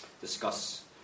discuss